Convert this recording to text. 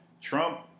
Trump